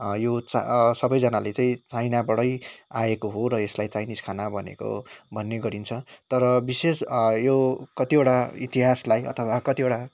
यो सबैजनाले चाहिँ चाइनाबाटै आएको हो र यसलाई चाइनिज खाना भनिएको हो भन्ने गरिन्छ तर विशेष यो कतिवटा इतिहासलाई अथवा कतिवटा